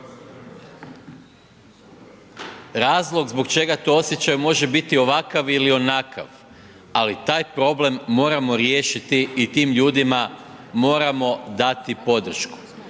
Razlog zbog čega to osjećaju može biti ovakav ili onakav, ali taj problem moramo riješiti i tim ljudima moramo dati podršku.